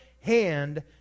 hand